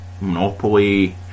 Monopoly